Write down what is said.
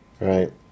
right